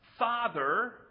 Father